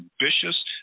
ambitious